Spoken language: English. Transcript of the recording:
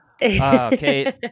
Kate